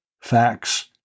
facts